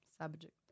subject